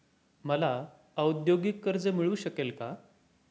मला औद्योगिक कर्ज मिळू शकेल का?